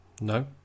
No